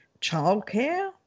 childcare